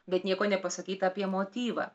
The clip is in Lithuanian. bet nieko nepasakyta apie motyvą